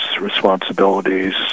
responsibilities